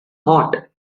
hot